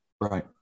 Right